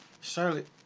Charlotte